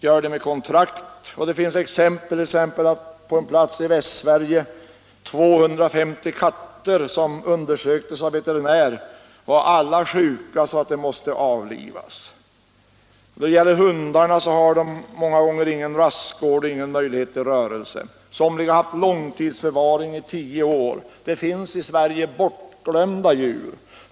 Som exempel kan nämnas att på en plats i Västsverige 250 kattor vid en undersökning av veterinär visade sig vara så sjuka att de måste avlivas. Hundarna har många gånger ingen rastgård eller möjlighet till rörelse. Somliga av dem har haft långtidsförvaring i tio år. Det finns i Sverige bortglömda djur.